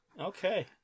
okay